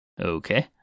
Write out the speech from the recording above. Okay